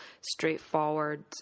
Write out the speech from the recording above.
straightforward